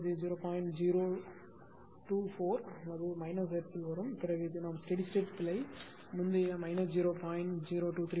024 hertz வரும் பிறகு நாம் ஸ்டெடி ஸ்டேட் பிழை முந்தைய 0